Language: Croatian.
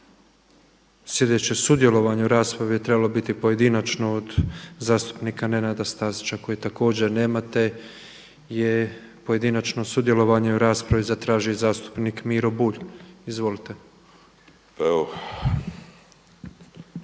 Sljedeće sudjelovanje u raspravi je trebalo biti pojedinačno od zastupnika Nenada Stazića kojeg također nema, te je pojedinačno sudjelovanje u raspravi zatražio i zastupnik Miro Bulj. Izvolite.